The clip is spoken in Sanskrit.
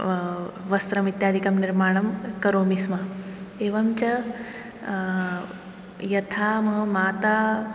वस्त्रम् इत्यादिकं निर्माणं करोमि स्म एवञ्च यथा मम माता